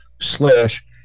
slash